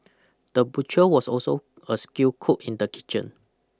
the butcher was also a skilled cook in the kitchen